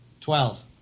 Twelve